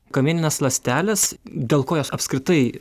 kamieninės ląstelės dėl ko jos apskritai